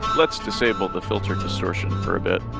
let's disable the filter distortion for a bit